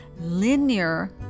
linear